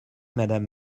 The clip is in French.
madame